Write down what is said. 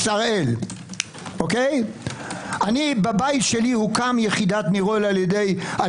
אני בבית שלי הוקם יחידת מירון על ידי ה-